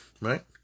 right